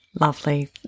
Lovely